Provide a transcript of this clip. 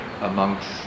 amongst